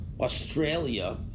Australia